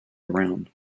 around